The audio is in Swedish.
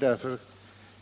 Därför